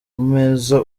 meza